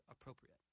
appropriate